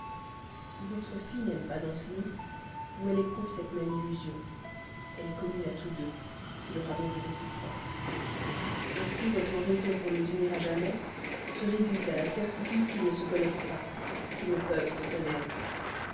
votre fille n'aime pas danceny ou elle éprouve cette même illusion elle est commune à tous deux si leur amour est réciproque ainsi votre raison pour les unir à jamais se réduit à la certitude qu'ils ne se connaissent pas qu'ils ne peuvent se connaître